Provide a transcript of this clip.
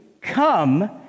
come